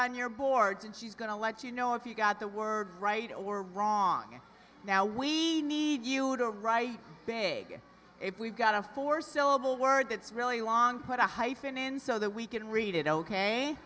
on your boards and she's going to let you know if you've got the words right or wrong and now we need you to write big if we've got a four syllable word that's really long put a hyphen in so that we can read it ok